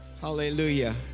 Hallelujah